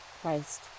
Christ